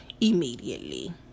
immediately